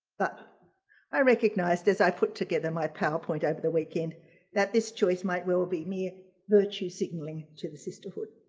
but i recognized as i put together my powerpoint over the weekend that this choice might well be me virtue signaling to the sisterhood.